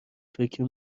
فکری